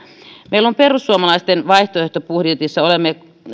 meillä perussuomalaisten vaihtoehtobudjetissa olemme